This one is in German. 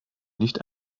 nicht